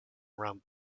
around